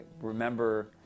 remember